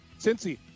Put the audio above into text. Cincy